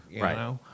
Right